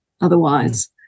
otherwise